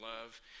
love